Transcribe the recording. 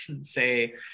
say